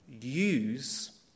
use